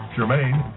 Jermaine